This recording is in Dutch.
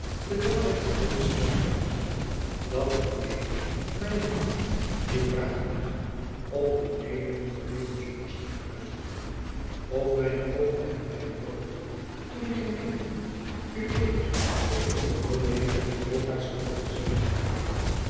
terwijl hij van reede scherp aanzag dat ued mijnen makker die vraag doet of ued moet verleden zondag slecht geluisterd hebben of mijne oogen hebben mij bedrogen toen ik gemeend heb ued mede onder domini uytenbogaerts gehoor te zien zitten